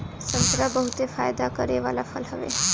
संतरा बहुते फायदा करे वाला फल हवे